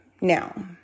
Now